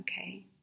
okay